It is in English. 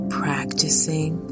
practicing